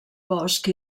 bosch